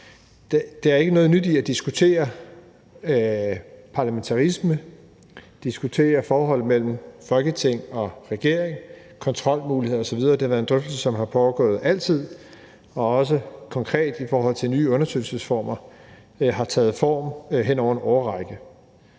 Der er ikke noget nyt i at diskutere parlamentarisme, diskutere forholdet mellem Folketinget og regeringen, kontrolmuligheder osv. – det har været en drøftelse, som er foregået altid – og også konkret i forhold til at nye undersøgelsesformer har taget form hen over en årrække.